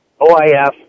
OIF